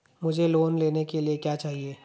मुझे लोन लेने के लिए क्या चाहिए?